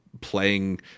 playing